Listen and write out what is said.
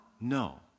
No